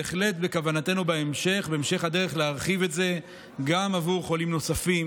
בהחלט בכוונתנו בהמשך הדרך להרחיב את זה גם עבור חולים נוספים,